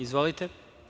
Izvolite.